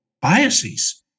biases